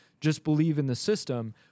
just-believe-in-the-system